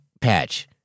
patch